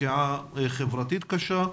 פגיעה חברתית קשה.